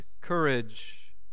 courage